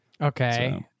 Okay